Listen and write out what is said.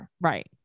right